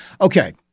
Okay